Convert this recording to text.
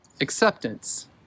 acceptance